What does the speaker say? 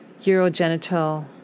urogenital